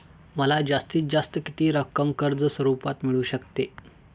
मला जास्तीत जास्त किती रक्कम कर्ज स्वरूपात मिळू शकते?